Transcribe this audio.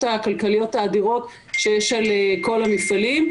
הכלכליות האדירות שיש על כל המפעלים.